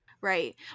right